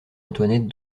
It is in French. antoinette